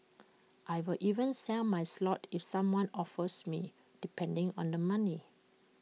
I will even sell my slot if someone offers me depending on the money